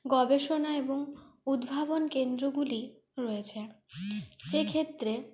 গবেষণা এবং উদ্ভাবন কেন্দ্রগুলি রয়েছে যে ক্ষেত্রে